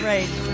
Right